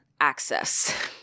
access